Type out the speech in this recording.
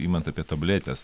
imant apie tabletes